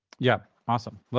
yeah, awesome.